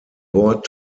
bord